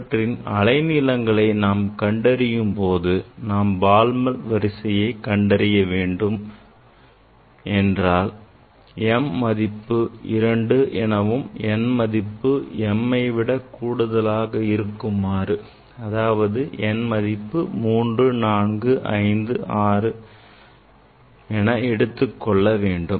அவற்றின் அலை நீளங்களை நாம் கண்டறியும்போது நாம் பாலிமர் வரிசையை கண்டறிய வேண்டும் என்றால் m மதிப்பை 2 எனவும் n மதிப்பை mஐ விட கூடுதலாக இருக்குமாறு அதாவது n மதிப்பு 3 4 5 6 என எடுத்துக்கொள்ள வேண்டும்